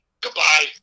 Goodbye